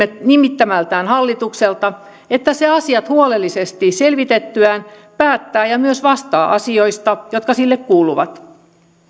nimittämältään hallitukselta että se asiat huolellisesti selvitettyään päättää ja myös vastaa asioista jotka sille kuuluvat